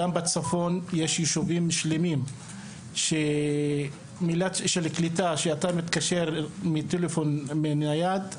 גם בצפון יש יישובים שלמים שאתה מתקשר מטלפון נייד,